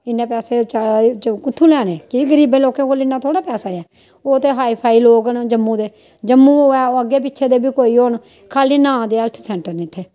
इन्ने पैसे कुत्थूं लैने क्योंकि गरीबें लोकें कोल इन्ना थोह्ड़ी ना पैसा ऐ ओह् ते हाई फाई लोग न जम्मू दे जम्मू अग्गें पिच्छें दे बी कोई हून खाली नां दे हैल्थ सैंटर न इत्थै